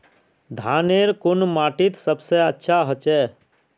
धानेर कुन माटित सबसे अच्छा होचे?